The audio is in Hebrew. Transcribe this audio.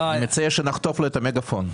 אני מציע שנחטוף לו את המגפון.